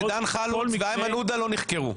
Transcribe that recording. דן חלוץ ואיימן עודה לא נחקרו?